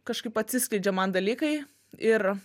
kažkaip atsiskleidžia man dalykai ir